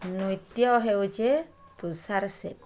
ନୃତ୍ୟ ହେଉଛେ ତୁଷାର ସେଠୀ